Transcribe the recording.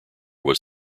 was